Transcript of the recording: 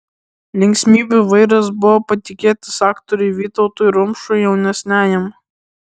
linksmybių vairas buvo patikėtas aktoriui vytautui rumšui jaunesniajam